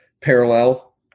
parallel